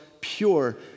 pure